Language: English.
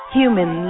human